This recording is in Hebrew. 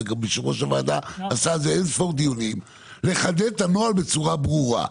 בוועדה, לחדד את הנוהל בצורה ברורה.